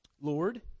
Lord